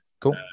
cool